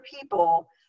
people